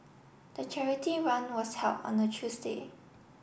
the charity run was held on a Tuesday